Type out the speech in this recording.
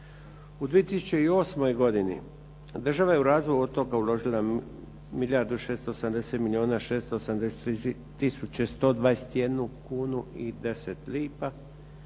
U 2008. godini država je u razvoj otoka uložila milijardu i